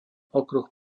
okruh